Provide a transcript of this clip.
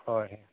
হয়